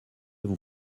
vous